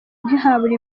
ntihabura